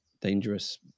dangerous